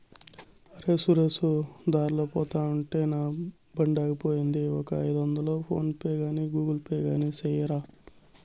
అరే, నరేసు దార్లో పోతుంటే నా బండాగిపోయింది, ఒక ఐదొందలు ఫోన్ పే గాని గూగుల్ పే గాని సెయ్యరా